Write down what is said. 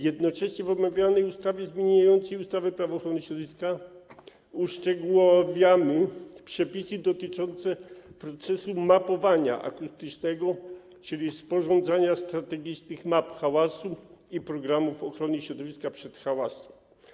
Jednocześnie w omawianej ustawie zmieniającej ustawę Prawo ochrony środowiska uszczegółowiamy przepisy dotyczące procesu mapowania akustycznego, czyli sporządzania strategicznych map hałasu i programów ochrony środowiska przed hałasem.